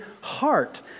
heart